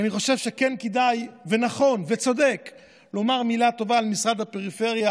אני חושב שכן כדאי ונכון וצודק לומר מילה טובה על משרד הפריפריה.